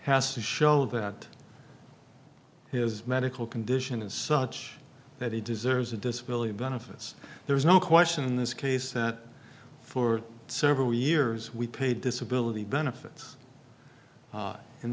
has to show that his medical condition is such that he deserves a disability benefits there is no question in this case that for several years we paid disability benefits